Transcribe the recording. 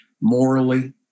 morally